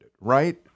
right